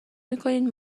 میکنید